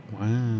Wow